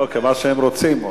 אוקיי, מה שהם רוצים.